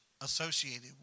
associated